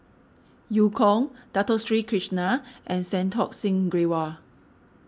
Eu Kong Dato Sri Krishna and Santokh Singh Grewal